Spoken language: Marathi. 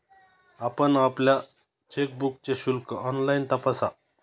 आपण आपल्या चेकबुकचे शुल्क ऑनलाइन तपासा